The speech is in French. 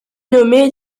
nommés